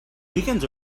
weekends